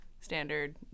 standard